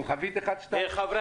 --- חברי